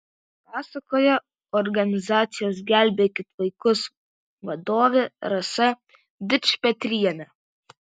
pasakoja organizacijos gelbėkit vaikus vadovė rasa dičpetrienė